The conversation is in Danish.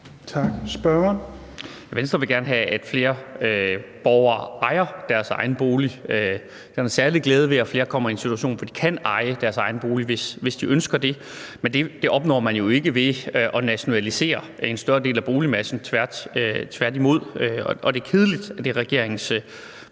Lauritzen (V): Venstre vil gerne have, at flere borgere ejer deres egen bolig. Der er en særlig glæde ved at komme i en situation, hvor man kan eje sin egen bolig, hvis man ønsker det. Men det opnår man jo ikke ved at nationalisere en større del af boligmassen, tværtimod. Og det er kedeligt, at det er regeringens